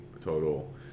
total